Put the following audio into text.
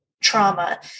trauma